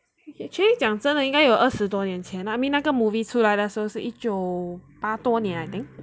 actually 讲真的应该有二十多年前 I mean 那个 movie 出来的时候是一九八多年 I think